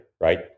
right